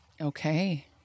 Okay